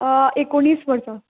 एकोणीस वर्सां